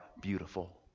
beautiful